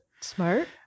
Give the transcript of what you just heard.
smart